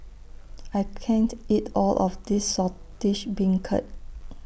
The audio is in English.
I can't eat All of This Saltish Beancurd